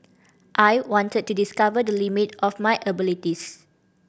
I wanted to discover the limit of my abilities